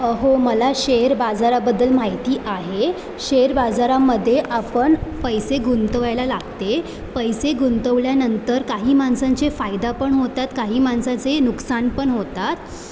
हो मला शेअर बाजाराबद्दल माहिती आहे शेअर बाजारामध्ये आपण पैसे गुंतवायला लागते पैसे गुंतवल्यानंतर काही माणसांचे फायदा पण होतात काही माणसाचे नुकसान पण होतात